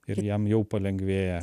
ir jam jau palengvėja